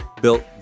built